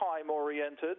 time-oriented